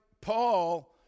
Paul